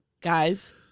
Guys